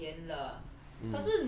真的太甜了